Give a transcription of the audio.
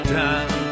time